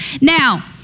Now